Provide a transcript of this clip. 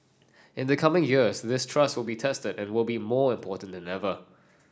in the coming years this trust will be tested and will be more important than ever